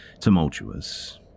tumultuous